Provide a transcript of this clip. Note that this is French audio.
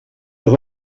leur